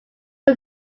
but